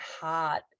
heart